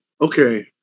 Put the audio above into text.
Okay